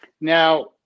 Now